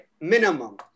Minimum